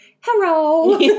hello